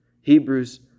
Hebrews